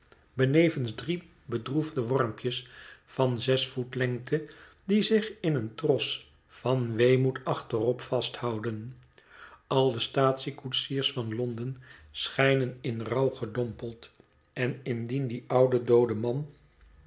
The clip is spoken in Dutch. benevens drie bedroefde wormpjes van zes voet lengte die zich in een tros van weemoed achterop vasthouden al de staatsiekoetsiers van londen schijnen in rouw gedompeld en indien die oude doode man